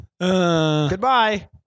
Goodbye